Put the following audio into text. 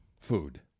food